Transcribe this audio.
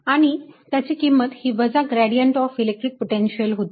आणि त्याची किंमत ही वजा ग्रेडियंट ऑफ इलेक्ट्रिक पोटेन्शियल होती